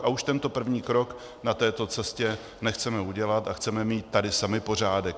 A už tento první krok na této cestě nechceme udělat a chceme mít tady sami pořádek.